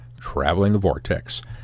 travelingthevortex